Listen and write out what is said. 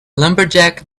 lumberjack